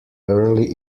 early